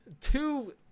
two